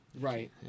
right